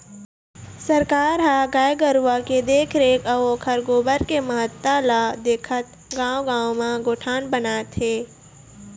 सरकार ह गाय गरुवा के देखरेख अउ ओखर गोबर के महत्ता ल देखत गाँव गाँव म गोठान बनात हे